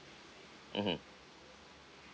mmhmm